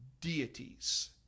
deities